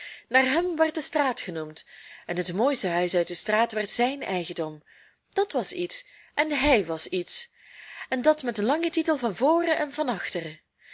naar hem werd de straat genoemd en het mooiste huis uit de straat werd zijn eigendom dat was iets en hij was iets en dat met een langen titel van voren en